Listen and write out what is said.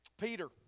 Peter